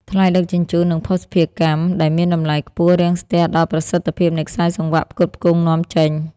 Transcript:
ថ្លៃដឹកជញ្ជូន និងភស្តុភារកម្ម ដែលមានតម្លៃខ្ពស់ រាំងស្ទះដល់ប្រសិទ្ធភាពនៃខ្សែសង្វាក់ផ្គត់ផ្គង់នាំចេញ។